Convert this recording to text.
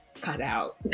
cutout